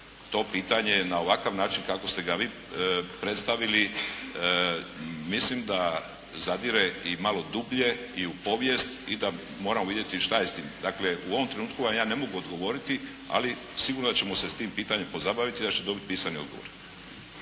to pitanje na ovakav način kako ste ga vi predstavili mislim da zadire i malo dublje, i u povijest i da moramo vidjeti šta je s tim. Dakle, u ovom trenutku vam ja ne mogu odgovoriti ali sigurno ćemo se s tim pitanjem pozabaviti i da ćete dobiti pisani odgovor.